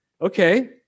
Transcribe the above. okay